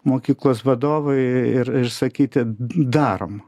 mokyklos vadovui ir išsakyti darom